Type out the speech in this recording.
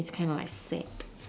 then he's kind of like sad